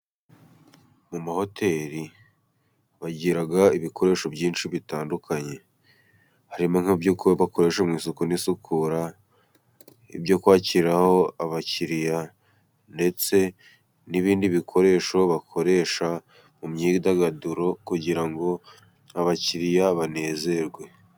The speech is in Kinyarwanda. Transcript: Mu mahoteri bagira ibikoresho byinshi bitandukanye. Harimo nk'iby'uko bakoresha mu isuku n'isukura, ibyo kwakiraho abakiriya ndetse n'ibindi bikoresho bakoresha mu myidagaduro, kugira ngo abakiriya banezerwe.